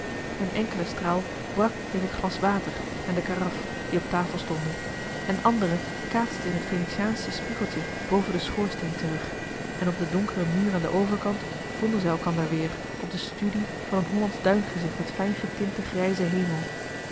een enkele straal brak in het glas water en de karaf die op tafel stonden een andere kaatste in het venetiaansche spiegeltje boven den schoorsteen terug en op den donkeren muur aan den overkant vonden zij elkander weer op de studie van een hollandsch duingezicht met fijngetinten grijzen hemel